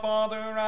Father